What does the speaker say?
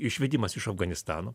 išvedimas iš afganistano